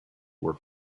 were